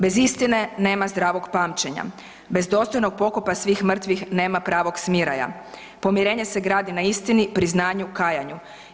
Bez istine nema zdravog pamćenja, bez dostojnog pokopa svih mrtvih nema pravog smiraja, pomirenje se gradi na istini, priznanju, kajanju.